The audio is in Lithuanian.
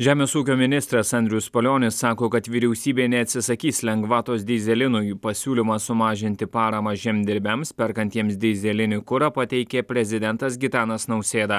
žemės ūkio ministras andrius palionis sako kad vyriausybė neatsisakys lengvatos dyzelinui pasiūlymą sumažinti paramą žemdirbiams perkantiems dyzelinį kurą pateikė prezidentas gitanas nausėda